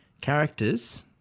characters